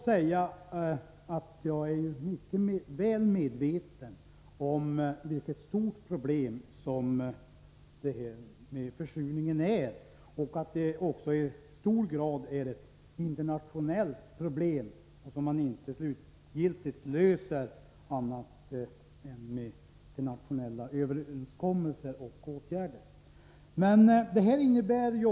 Jag är mycket väl medveten om att försurningen är ett stort problem och i hög grad ett internationellt problem, som man inte slutgiltigt löser med annat än internationella överenskommelser och åtgärder.